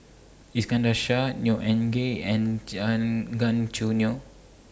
Iskandar Shah Neo Anngee and and Gan Choo Neo